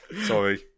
Sorry